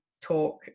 talk